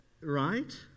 Right